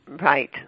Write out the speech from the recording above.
Right